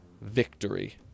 victory